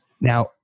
Now